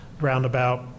roundabout